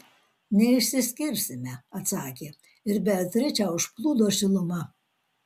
neišsiskirsime atsakė ir beatričę užplūdo šiluma